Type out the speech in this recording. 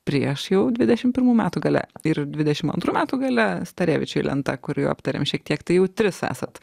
prieš jau dvidešim pirmų metų gale ir dvidešim antrų metų gale starevičiui lenta kur jau aptarėm šiek tiek tai jau tris esat